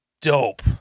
Dope